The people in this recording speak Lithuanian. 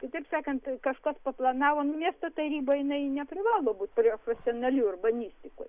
kitaip sakant kažkas paplanavo nu miesto tarybai jinai neprivalo būti prie profesionalių urbanistikos